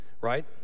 right